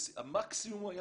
המקסימום היה